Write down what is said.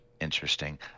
interesting